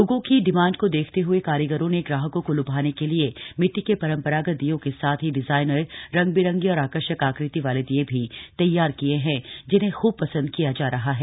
लोगों की डिमांड को देखते ह्ए कारीगरों ने ग्राहकों को लुभाने के लिए मिट्टी के परंपरागत दीयों के साथ ही डिजाइनर रंगबिरंगी और आकर्षक आकृति वाले दीये भी तैयार किये हैं जिन्हें खूब पसंद किया जा रहा है